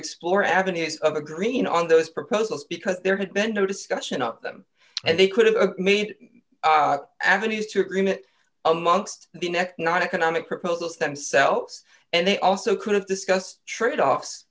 explore avenues of the green on those proposals because there had been no discussion of them and they could have made avenues to agreement amongst the next night economic proposals themselves and they also could have discussed tradeoff